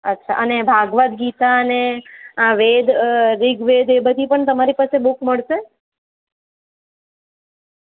અચ્છા અને ભગવદ્ ગીતા અને વેદ ઋગ્વેદ એ બધી પણ તમારી પાસે બુક મળશે